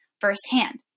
firsthand